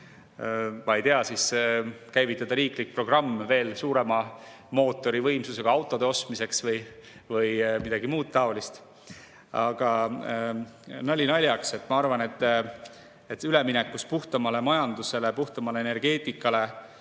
Ma ei tea, käivitada riiklik programm veel suurema mootorivõimsusega autode ostmiseks või midagi muud taolist. Aga nali naljaks. Ma arvan, et üleminekust puhtamale majandusele, puhtamale energeetikale,